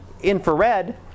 infrared